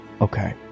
Okay